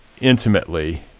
intimately